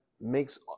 makes